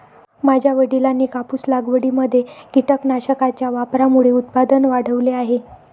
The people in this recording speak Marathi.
माझ्या वडिलांनी कापूस लागवडीमध्ये कीटकनाशकांच्या वापरामुळे उत्पादन वाढवले आहे